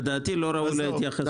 לדעתי, לא ראוי להתייחסות.